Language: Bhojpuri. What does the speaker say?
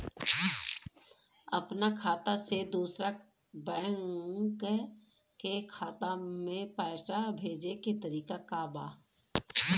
अपना खाता से दूसरा बैंक के खाता में पैसा भेजे के तरीका का बा?